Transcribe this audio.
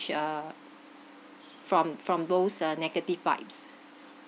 uh from from those uh negative vibes